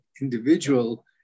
individual